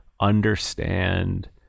understand